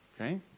Okay